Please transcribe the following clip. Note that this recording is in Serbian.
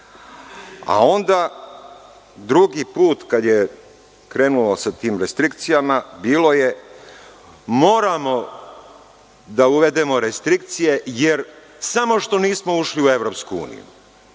Onda, drugi put kad je krenulo sa tim restrikcijama, bilo je – moramo da uvedemo restrikcije jer samo što nismo ušli u EU.